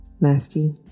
Nasty